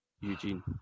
Eugene